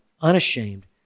unashamed